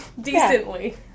Decently